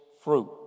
fruit